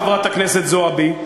חברת הכנסת זועבי,